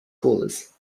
callers